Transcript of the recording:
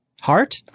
heart